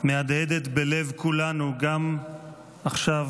מהדהדת בלב כולנו גם עכשיו,